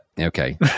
okay